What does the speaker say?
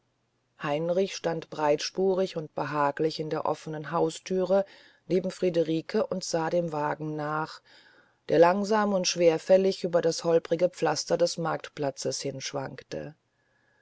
heinrich stand breitspurig und behaglich in der offenen hausthür neben friederike und sah dem wagen nach der langsam und schwerfällig über das holprige pflaster des marktplatzes hin